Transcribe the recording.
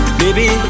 baby